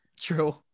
True